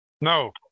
No